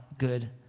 Good